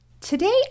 today